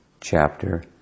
chapter